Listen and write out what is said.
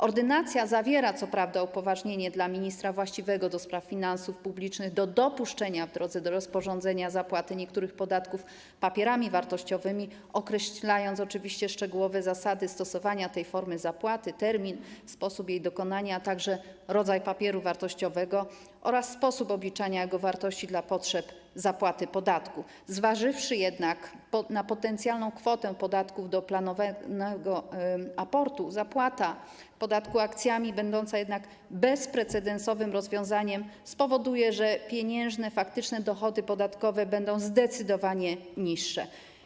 Ordynacja co prawda zawiera upoważnienie dla ministra właściwego do spraw finansów publicznych do dopuszczenia, w drodze rozporządzenia, zapłaty niektórych podatków papierami wartościowymi i oczywiście określa szczegółowe zasady stosowania tej formy zapłaty, termin i sposób jej dokonania, a także rodzaj papieru wartościowego oraz sposób obliczania jego wartości dla potrzeb zapłaty podatku, jednak z uwagi na potencjalną kwotę podatków od planowanego aportu zapłata podatku akcjami - będąca bezprecedensowym rozwiązaniem - spowoduje, że pieniężne, faktyczne dochody podatkowe będą zdecydowanie niższe.